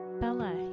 Bella